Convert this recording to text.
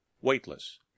Weightless